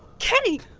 kenny,